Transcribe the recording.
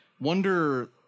wonder